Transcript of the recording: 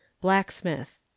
Blacksmith